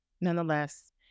nonetheless